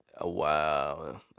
Wow